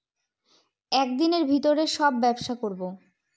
এক দিনের ভিতরে সব ব্যবসা করবো